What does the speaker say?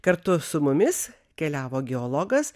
kartu su mumis keliavo geologas